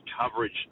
coverage